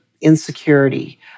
insecurity